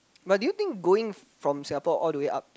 but do you think going from Singapore all the way up to